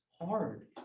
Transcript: hard